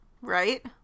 Right